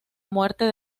muerte